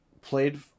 played